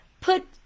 put